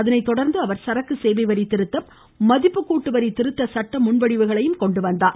அதனை தொடர்ந்து அவர் சரக்கு சேவை வரி திருத்தம் மதிப்புக்கூட்டுவரி திருத்த சட்ட முன் வடிவுகளையும் கொண்டுவந்தார்